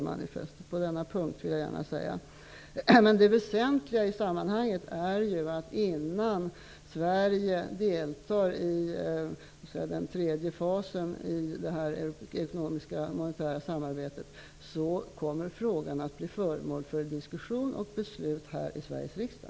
Men det väsentliga i sammanhanget är ju att innan Sverige deltar i den tredje fasen i det ekonomiska och monetära samarbetet kommer frågan att bli föremål för diskussion och beslut här i Sveriges riksdag.